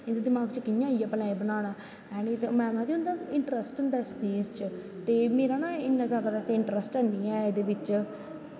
महां एह् कियां आईया बनाना मैड़म आखदी इंदा इंट्रस्ट होंदा इस च ते मेरा ना बैसा इन्ना इंट्रस्ट नी ऐ एह्दे बिच्च